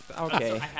Okay